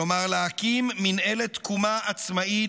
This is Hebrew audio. כלומר, להקים מינהלת תקומה עצמאית,